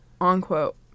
unquote